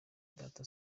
data